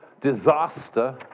disaster